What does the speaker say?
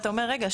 ואתה אומר: רגע,